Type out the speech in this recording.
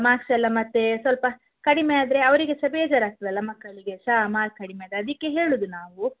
marks ಎಲ್ಲ ಮತ್ತು ಸ್ವಲ್ಪ ಕಡಿಮೆ ಆದರೆ ಅವರಿಗೆ ಸಹ ಬೇಜಾರು ಆಗ್ತದಲ್ಲ ಮಕ್ಕಳಿಗೆ ಸಹ ಮಾರ್ಕ್ ಕಡಿಮೆ ಆದರೆ ಅದಕ್ಕೆ ಹೇಳುವುದು ನಾವು